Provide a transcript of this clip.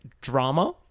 drama